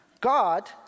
God